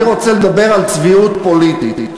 אני רוצה לדבר על צביעות פוליטית.